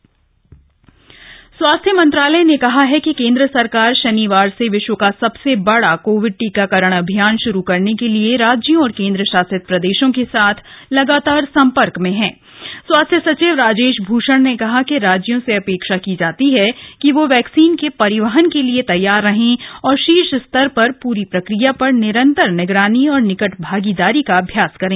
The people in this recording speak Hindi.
कोविड टीकाकरण स्वास्थ्य मंत्रालय ने कहा है कि केंद्र सरकार शनिवार से विश्व का सबसे बड़ा कोविड टीकाकरण अभियान शुरू करने के लिए राज्यों और केंद्रशासित प्रदेशों के साथ लगातार सम्पर्क में ही स्वास्थ्य सचिव राजेश भूषण ने कहा कि राज्यों से अपेक्षा की जाती ही कि वह वक्कसीन के परिवहन के लिए तक्वार रहें और शीर्ष स्तर पर पूरी प्रक्रिया पर निरंतर निगरानी और निकट भागीदारी का अभ्यास करें